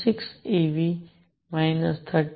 6 eV 13